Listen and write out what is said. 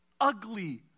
ugly